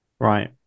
right